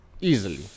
easily